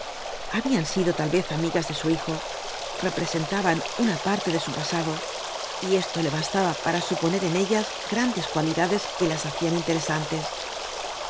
habían sido tal vez amigas de su hijo representaban una parte de su pasado y esto le bastaba para suponer en ellas grandes cualidades que las hacían interesantes